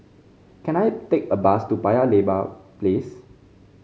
can I take a bus to Paya Lebar Place